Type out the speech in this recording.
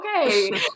Okay